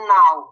now